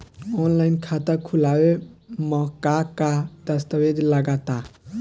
Online खाता खूलावे म का का दस्तावेज लगा ता?